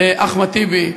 לאחמד טיבי,